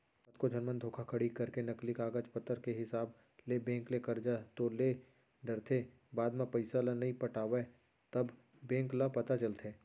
कतको झन मन धोखाघड़ी करके नकली कागज पतर के हिसाब ले बेंक ले करजा तो ले डरथे बाद म पइसा ल नइ पटावय तब बेंक ल पता चलथे